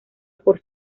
por